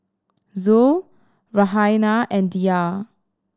Zul Raihana and Dhia